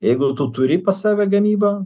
jeigu jau tu turi pas save gamybą